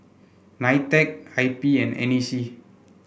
Nitec I P and N A C